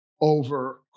over